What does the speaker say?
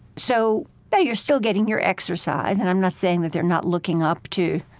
so you're still getting your exercise. and i'm not saying that they're not looking up to,